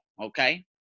Okay